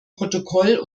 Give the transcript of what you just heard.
protokoll